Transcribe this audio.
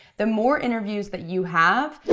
the more interviews that you have,